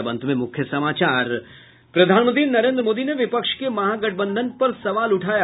और अब अंत में मुख्य समाचार प्रधानमंत्री नरेन्द्र मोदी ने विपक्ष के महागठबंधन पर सवाल उठाया